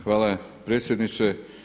Hvala predsjedniče.